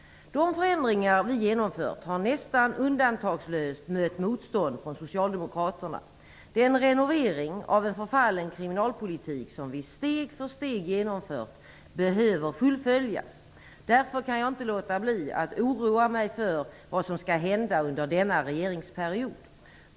De förändringar vi genomfört har nästan undantagslöst mött motstånd från socialdemokraterna. Den renovering av en förfallen kriminalpolitik som vi steg för steg genomfört behöver fullföljas. Därför kan jag inte låta bli att oroa mig för vad som skall hända under denna regeringsperiod.